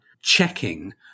checking